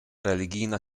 religijna